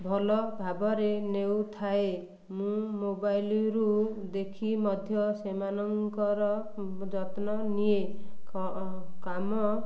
ଭଲ ଭାବରେ ନେଉଥାଏ ମୁଁ ମୋବାଇଲରୁ ଦେଖି ମଧ୍ୟ ସେମାନଙ୍କର ଯତ୍ନ ନିଏ କାମ